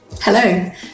Hello